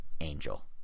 Angel